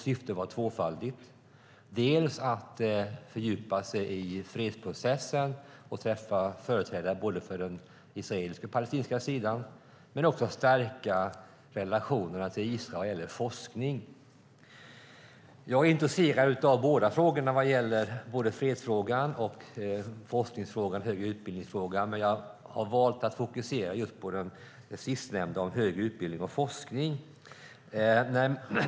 Syftet var tvåfaldigt, dels att fördjupa sig i fredsprocessen och träffa företrädare för de israeliska och palestinska sidorna, dels att stärka relationerna till Israel när det gäller forskning. Jag är intresserad av både fredsfrågan, forskningsfrågan och frågan om högre utbildning, men jag har valt att fokusera på den sistnämnda om högre utbildning och forskning.